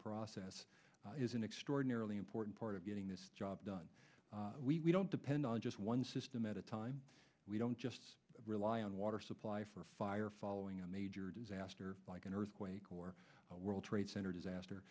process is an extraordinarily important part of getting this job done we don't depend on just one system at a time we don't just rely on water supply for fire following a major disaster like an earthquake or a world trade center disaster